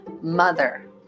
Mother